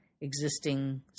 existing